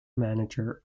manager